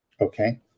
Okay